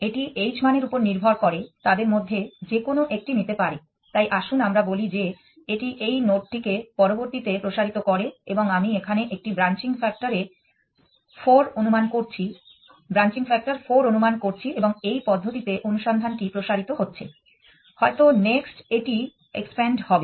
এটি h মানের উপর নির্ভর করে তাদের মধ্যে যেকোনো একটি নিতে পারে তাই আসুন আমরা বলি যে এটি এই নোডটিকে পরবর্তীতে প্রসারিত করে এবং আমি এখানে একটি ব্রাঞ্চিং ফ্যাক্টর 4 অনুমান করছি এবং এই পদ্ধতিতে অনুসন্ধানটি প্রসারিত হচ্ছে হয়তো নেক্সট এটি এক্সপ্যান্ড হবে